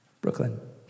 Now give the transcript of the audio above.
Brooklyn